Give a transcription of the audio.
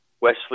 Wesley